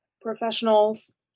professionals